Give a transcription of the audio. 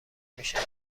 میشود